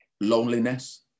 Loneliness